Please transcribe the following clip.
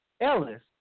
Ellis